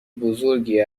بزرگی